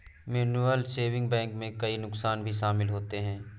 mutual saving bank में कई नुकसान भी शमिल होते है